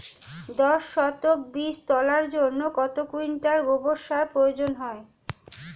দশ শতক বীজ তলার জন্য কত কুইন্টাল গোবর সার প্রয়োগ হয়?